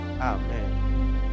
Amen